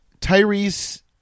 Tyrese